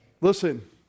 Listen